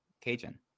Cajun